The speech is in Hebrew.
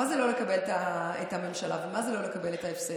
מה זה לא לקבל את הממשלה ומה זה לא לקבל את ההפסד?